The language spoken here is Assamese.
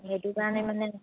সেইটো কাৰণে মানে